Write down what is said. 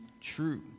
true